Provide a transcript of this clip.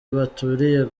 baturiye